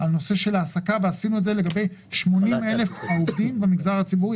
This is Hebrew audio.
עשינו את זה לגבי 80,000 העובדים במגזר הציבור,